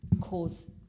cause